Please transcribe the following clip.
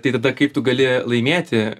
tai tada kaip tu gali laimėti